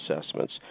assessments